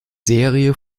serie